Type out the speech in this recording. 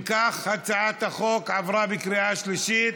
אם כך, הצעת החוק עברה בקריאה שלישית,